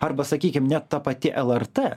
arba sakykim ne ta pati lrt